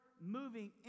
moving